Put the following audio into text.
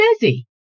busy